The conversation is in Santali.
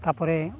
ᱛᱟᱨᱯᱚᱨᱮ